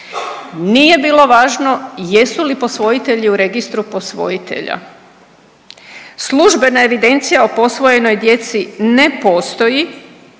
Nije bilo važno jesu li posvojitelji u registru posvojitelja, službena evidencija o posvojenoj djeci ne postoji,